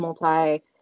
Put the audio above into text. multi